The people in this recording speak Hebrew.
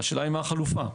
השאלה היא מה החלופה.